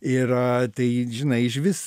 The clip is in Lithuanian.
ir a tai žinai išvis